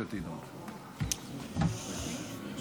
הצעת חוק הביטוח הלאומי (תיקון מס'